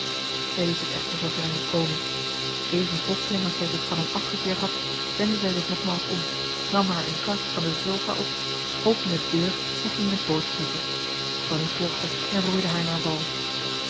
zij liet het echter zoover niet komen even plotseling marcellus emants een drietal novellen als zij zich van hem afgekeerd had wendde zij zich nogmaals om nam haar en cas van de sofa op opende de deur en ging in het bootje zitten tonie volgde en roeide haar naar wal